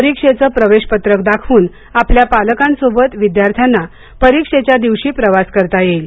परीक्षेचं प्रवेश पत्रक दाखवून आपल्या पालकांसोबत विद्यार्थ्यांना परीक्षेच्या दिवशी प्रवास करता येईल